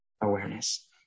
awareness